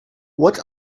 what